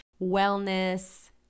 wellness